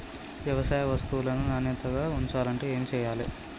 వ్యవసాయ వస్తువులను నాణ్యతగా ఉంచాలంటే ఏమి చెయ్యాలే?